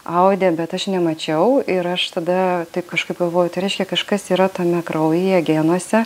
audė bet aš nemačiau ir aš tada taip kažkaip galvoju tai reiškia kažkas yra tame kraujyje genuose